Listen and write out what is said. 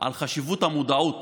על חשיבות המודעות